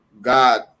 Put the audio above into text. God